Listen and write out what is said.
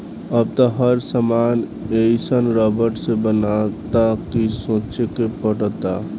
अब त हर सामान एइसन रबड़ से बनता कि सोचे के पड़ता